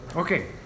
Okay